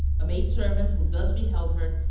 a maid-servant who thus beheld her,